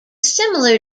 similar